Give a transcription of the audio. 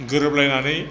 गोरोबलायनानै